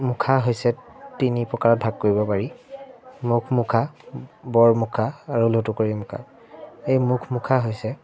মুখা হৈছে তিনি প্ৰকাৰত ভাগ কৰিব পাৰি মুখ মুখা বৰ মুখা আৰু লুটুকৰি মুখা এই মুখ মুখা হৈছে